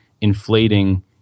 inflating